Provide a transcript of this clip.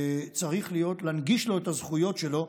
צריך להנגיש את הזכויות שלו.